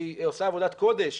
שהיא עושה עבודת קודש,